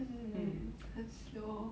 mm 很 slow